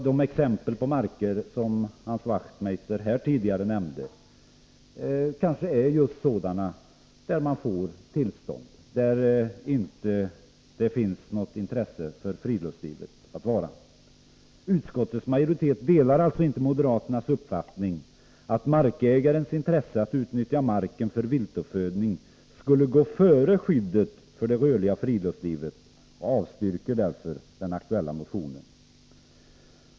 De exempel på marker som Hans Wachtmeister tidigare nämnde kanske är just sådana där tillstånd beviljas. Det kanske är sådana marker som inte är av något intresse för friluftslivet. Utskottets majoritet delar alltså inte moderaternas uppfattning att markägarens intresse att utnyttja marken för viltuppfödning bör gå före skyddet för det rörliga friluftslivet och avstyrker därför den aktuella motionen.